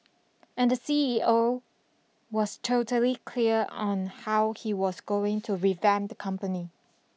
and the C E O was totally clear on how he was going to revamp the company